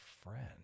friend